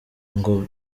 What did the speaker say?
ngo